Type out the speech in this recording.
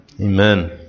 Amen